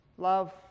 Love